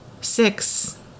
six